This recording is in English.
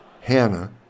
hannah